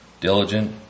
diligent